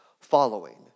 following